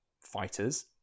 fighters